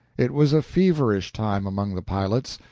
it was a feverish time among the pilots.